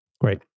Great